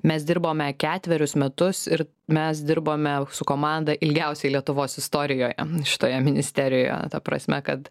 mes dirbome ketverius metus ir mes dirbome su komanda ilgiausiai lietuvos istorijoje šitoje ministerijoje ta prasme kad